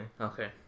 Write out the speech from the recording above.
Okay